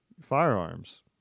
firearms